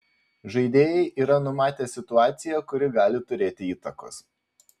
žaidėjai yra numatę situaciją kuri gali turėti įtakos